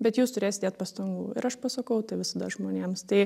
bet jūs turėsit įdėt pastangų ir aš pasakau tai visada žmonėms tai